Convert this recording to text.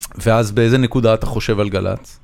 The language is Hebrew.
ואז באיזה נקודה אתה חושב על גל"צ?